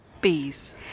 bees